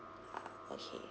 ya okay